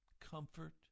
comfort